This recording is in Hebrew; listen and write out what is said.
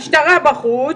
המשטרה בחוץ,